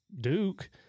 Duke